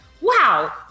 wow